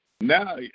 Now